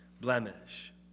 blemish